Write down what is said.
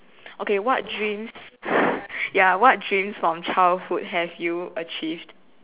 okay what dreams ya what dreams from childhood have you achieved